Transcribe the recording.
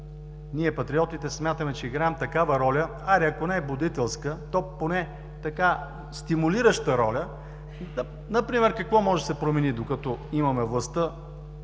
ние, патриотите, смятаме, че играем такава роля, ако не е будителска, то поне стимулираща роля. Какво може да се промени, докато имаме властта?